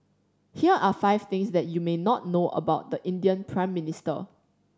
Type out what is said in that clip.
here are five things that you may not know about the Indian Prime Minister